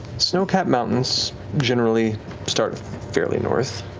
snow-capped mountains generally start fairly north.